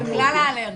כלל האלרגיות.